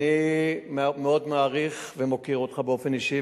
אני מאוד מעריך ומוקיר אותך באופן אישי,